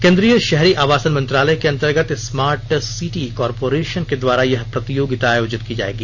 केंद्रीय शहरी आवासन मंत्रालय के अंतर्गत स्मार्ट सिटी कारपोरेशन के द्वारा यह प्रतियोगिता आयोजित होगी